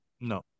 no